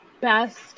best